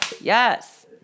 yes